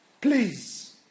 please